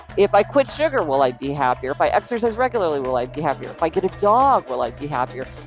if i quit sugar, will i be happier? if i exercise regularly, will i be happier? if i get a dog, will i be happier?